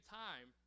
time